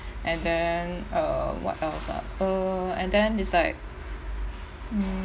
and then uh what else ah uh and then it's like mm